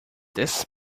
this